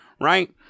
right